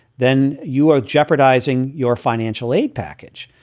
then you are jeopardizing your financial aid package.